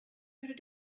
could